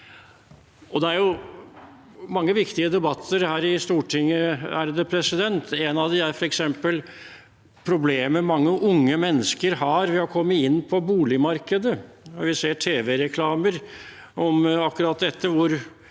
Det er mange viktige debatter her i Stortinget. En av dem er f.eks. problemet mange unge mennesker har med å komme inn på boligmarkedet. Vi ser tv-reklamer om akkurat det, hvor